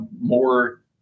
more